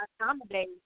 accommodate